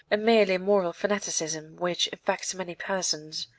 a merely moral fanaticism which infects many persons.